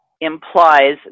implies